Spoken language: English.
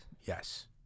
Yes